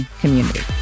community